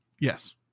Yes